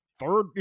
third